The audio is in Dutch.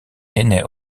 ene